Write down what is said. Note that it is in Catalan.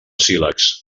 sílex